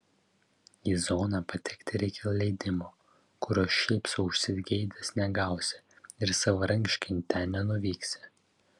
į zoną patekti reikia leidimo kurio šiaip sau užsigeidęs negausi ir savarankiškai ten nenuvyksi